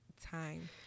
time